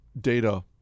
data